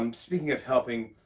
um speaking of helping,